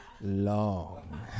long